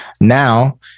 Now